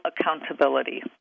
accountability